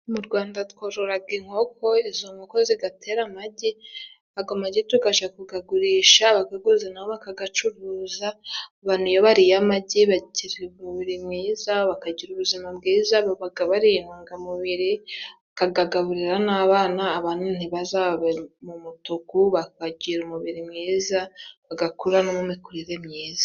Mu Rwanda twororaga inkoko, izo nkoko zigatera amagi, ago magi tugaja kugagurisha abagaguze na bo bakagacuruza. Abantu iyo bariye amagi bagira umubiri mwiza, bakagira ubuzima bwiza. Babaga bariye intungamubiri bakagagaburira n'abana abana ntibazabe mu mutuku bakagira umubiri mwiza bagakura no mu mikurire myiza.